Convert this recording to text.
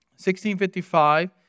1655